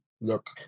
look